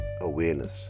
awareness